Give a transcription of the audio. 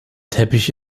teppich